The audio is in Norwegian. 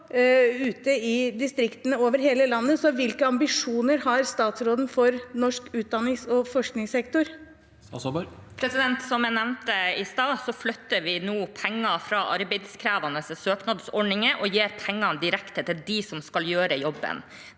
Hvilke ambisjoner har statsråden for norsk utdannings- og forskningssektor? Statsråd Sandra Borch Som jeg nevnte i stad, flytter vi nå penger fra arbeidskrevende søknadsordninger og gir pengene direkte til dem som skal gjøre jobben.